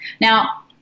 Now